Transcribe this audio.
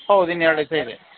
ಹೌದು ಇನ್ನು ಎರಡು ಇದ್ದೇ ಇದೆ